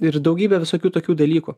ir daugybę visokių tokių dalykų